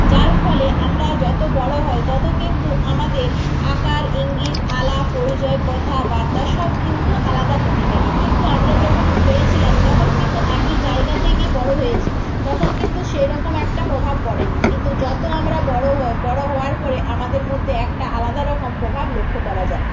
যার ফলে আমরা যত বড় হই তত কিন্তু আমাদের আকার ইঙ্গিত আলাপ পরিচয় কথাবার্তা সব কিন্তু আলাদা হতে থাকে কিন্তু আমরা যখন হয়েছিলাম তখন কিন্তু একই জায়গা থেকে বড় হয়েছি তখন কিন্তু সেই রকম একটা প্রভাব পড়েনি কিন্তু যত আমরা বড় হই বড় হওয়ার পরে আমাদের মধ্যে একটা আলাদা রকম প্রভাব লক্ষ করা যায়